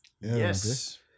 Yes